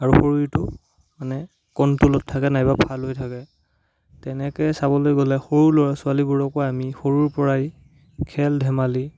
আৰু শৰীৰটো মানে কণ্টলত থাকে নাইবা ভাল হৈ থাকে তেনেকৈ চাবলৈ গ'লে সৰু ল'ৰা ছোৱালীবোৰকো আমি সৰুৰে পৰাই খেল ধেমালি